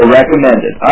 recommended